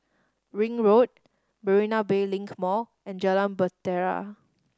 Ring Road Marina Bay Link Mall and Jalan Bahtera